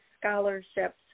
scholarships